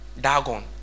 Dagon